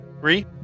Three